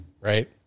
right